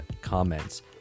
comments